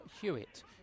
Hewitt